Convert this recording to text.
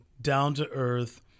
down-to-earth